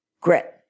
grit